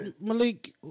Malik